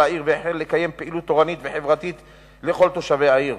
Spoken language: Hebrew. העיר והחל לקיים פעילות תורנית וחברתית לכל תושבי העיר,